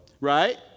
Right